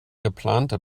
geplante